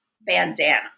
bandana